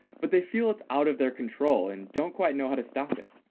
but they feel it's out of their control and don't quite know how to stop it.